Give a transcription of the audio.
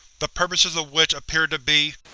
the purposes of which appear to be